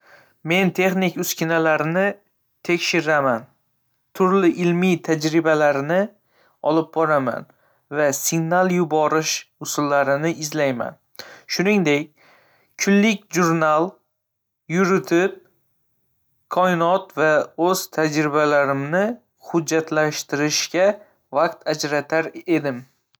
Men texnik uskunalarni tekshiraman, turli ilmiy tajribalarni olib boraman va singnal yuborish usullarini izlayman. Shuningdek, kunlik jurnal yuritib, koinot va o‘z tajribalarimni hujjatlashtirishga vaqt ajratar edim.